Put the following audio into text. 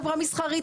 חברה מסחרית,